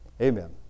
Amen